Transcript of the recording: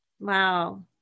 Wow